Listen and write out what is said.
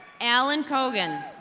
allen kogan.